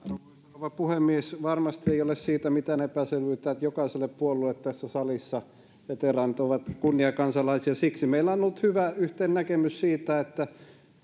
rouva puhemies varmasti ei ole mitään epäselvyyttä siitä että jokaiselle puolueelle tässä salissa veteraanit ovat kunniakansalaisia siksi meillä on ollut hyvä yhteinen näkemys siitä että